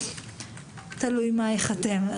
תלוי מה ייחתם.